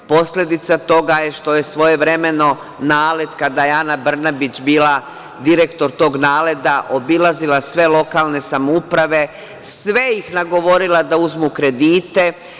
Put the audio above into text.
Posledica toga je što je svojevremeno NALED, kada je Ana Brnabić bila direktor tog NALED-a, obilazila sve lokalne samouprave, sve ih nagovorila da uzmu kredite.